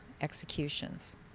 executions